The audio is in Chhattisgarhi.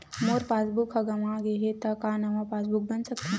मोर पासबुक ह गंवा गे हे त का नवा पास बुक बन सकथे?